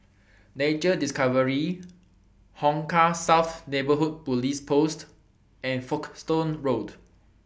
Nature Discovery Hong Kah South Neighbourhood Police Post and Folkestone Road